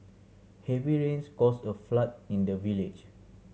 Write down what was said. heavy rains caused a flood in the village